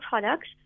products